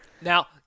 Now